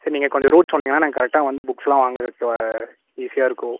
சரி நீங்கள் கொஞ்சம் ரூட் சொன்னீங்கனால் நாங்கள் கரெக்டாக வந்து புக்ஸெல்லாம் வாங்கிறக்கு ஈஸியாக இருக்கும்